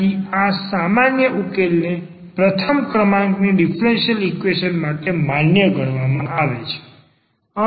આથી આ સામાન્ય ઉકેલ ને પ્રથમ ક્રમાંકની ડીફરન્સીયલ ઈક્વેશન માટે માન્ય ગણવામાં આવે છે